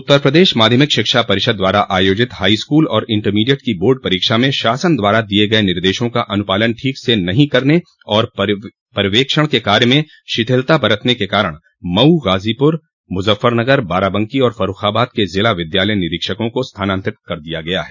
उत्तर प्रदेश माध्यमिक शिक्षा परिषद द्वारा आयोजित हाईस्कूल और इण्टरमीडिएट की बार्ड परीक्षा में शासन द्वारा दिये गये निर्देशों का अनुपालन ठीक से नहीं करने और पर्यवेक्षण के कार्य में शिथिलता बरतने के कारण मऊ गाजीपुर मुज्जफरनगर बाराबंकी और फर्रखाबाद के जिला विद्यालय निरीक्षकों को स्थानान्तरित कर दिया गया है